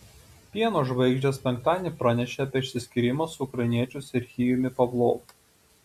pieno žvaigždės penktadienį pranešė apie išsiskyrimą su ukrainiečiu serhijumi pavlovu